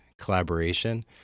collaboration